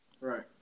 right